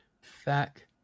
fact